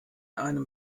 einem